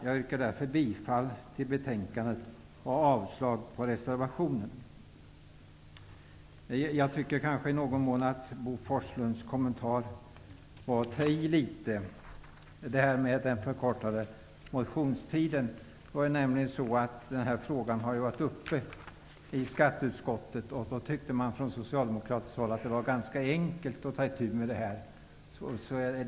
Jag yrkar bifall till utskottets hemställan i betänkandet och avslag på reservationen. Jag tycker att Bo Forslunds kommentar i någon mån innebar att han tog i litet beträffande den förkortade motionstiden. Den här frågan har ju behandlats i skatteutskottet. Då tyckte man från socialdemokratiskt håll att det var ganska enkelt att ta itu med detta.